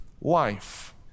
life